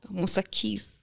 musakis